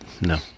no